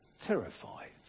terrified